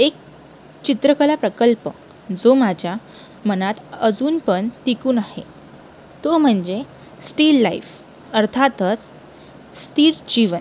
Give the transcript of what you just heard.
एक चित्रकला प्रकल्प जो माझ्या मनात अजून पण टिकून आहे तो म्हणजे स्टील लाईफ अर्थातच स्थिर जीवन